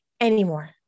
anymore